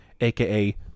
aka